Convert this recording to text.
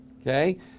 Okay